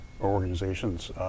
organizations